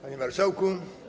Panie Marszałku!